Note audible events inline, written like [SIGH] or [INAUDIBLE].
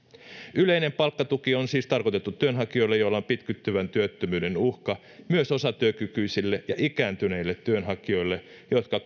yleinen palkkatuki on siis tarkoitettu työnhakijoille joilla on pitkittyvän työttömyyden uhka myös osatyökykyisille ja ikääntyneille työnhakijoille jotka [UNINTELLIGIBLE]